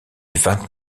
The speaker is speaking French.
vingt